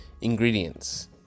Ingredients